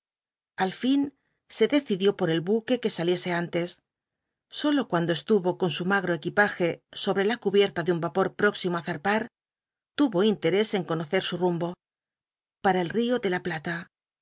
al fin se decidió por el buque que saliese antes sólo cuando estuvo con su magro equipaje sobre la cubierta de un vapor próximo á zarpar tuvo interés en conocer surumbo para el río de la plata